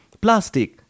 plastic